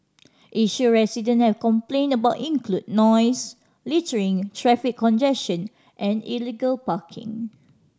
issue resident have complained about include noise littering traffic congestion and illegal parking